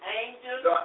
angels